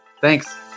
Thanks